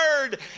word